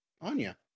Anya